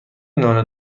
نان